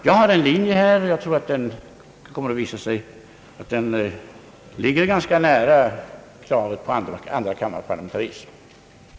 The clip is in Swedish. Jag har en linje i den här frågan som jag tror ligger ganska nära kravet på andrakammarparlamentarism.